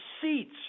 seats